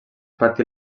patí